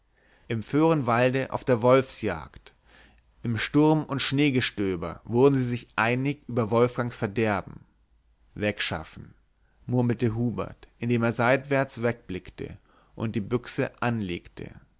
im föhrenwalde auf der wolfsjagd im sturm und schneegestöber wurden sie einig über wolfgangs verderben wegschaffen murmelte hubert indem er seitwärts wegblickte und die büchse anlegte